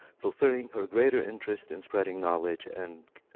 fulfilling her greater interest in spreading knowledge and